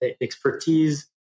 expertise